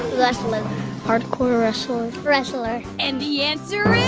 wrestler hardcore wrestler wrestler and the answer is.